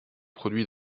produit